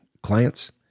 clients